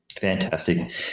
Fantastic